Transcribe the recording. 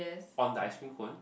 on the ice cream cone